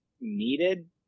needed